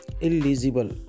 Illegible